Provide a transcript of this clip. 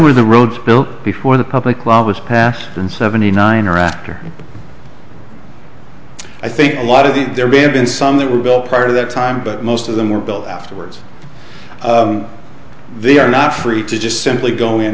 were the roads built before the public was passed in seventy nine or after i think a lot of the there may have been some that were built part of that time but most of them were built afterwards they are not free to just simply go in